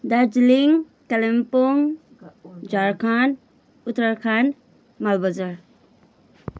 Darjeeling Kalimpong Jharkhand Uttarakhand Malbazar